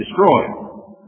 destroyed